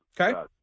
Okay